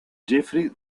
jeffrey